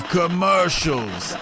commercials